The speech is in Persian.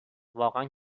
واقعا